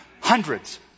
hundreds